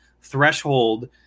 threshold